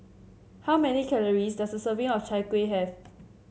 how many calories does a serving of Chai Kuih have